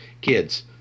kids